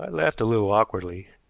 laughed a little awkwardly,